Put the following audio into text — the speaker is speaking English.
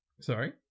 Sorry